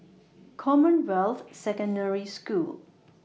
Commonwealth Secondary School